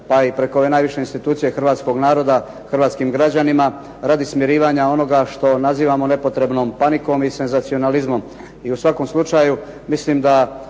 pa i preko ove najviše institucije hrvatskog naroda hrvatskim građanima radi smirivanja onoga što nazivamo nepotrebnom panikom i senzacionalizmom. I u svakom slučaju mislim da